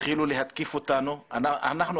התחילו להתקיף אותנו אנחנו,